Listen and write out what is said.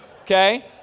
Okay